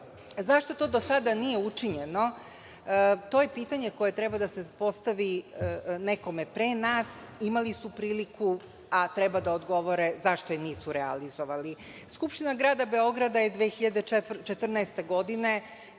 to do sada nije učinjeno? To je pitanje koje treba da se postavi nekome pre nas. Imali su priliku, a treba da odgovore zašto je nisu realizovali. Skupština grada Beograda je 2014. godine